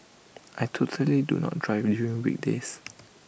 I totally do not drive during weekdays